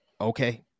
okay